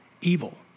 evil